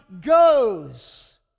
goes